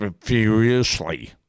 furiously